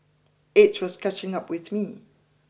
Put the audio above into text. age was catching up with me